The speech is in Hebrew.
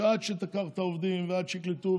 שעד שתיקח את העובדים ועד שיקלטו,